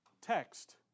text